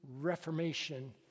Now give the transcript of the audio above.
reformation